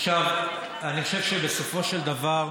אני חושב שבסופו של דבר,